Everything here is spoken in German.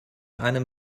einem